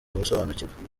gusobanukirwa